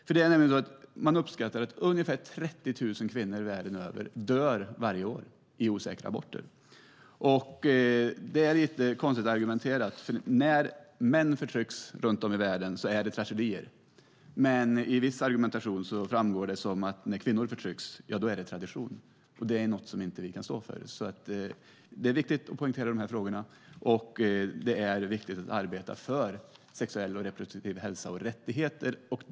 Man uppskattar nämligen att ungefär 30 000 kvinnor världen över dör varje år i osäkra aborter. Det är lite konstigt argumenterat. När män förtrycks runt om i världen är det tragedier. Men i viss argumentation framstår det som att det när kvinnor förtrycks är tradition. Det är något som vi inte kan stå för. Det är viktigt att poängtera de här frågorna. Och det är viktigt att arbeta för sexuell och reproduktiv hälsa och rättigheter.